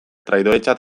traidoretzat